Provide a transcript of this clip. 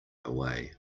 away